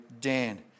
Dan